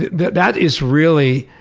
that that is really